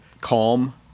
calm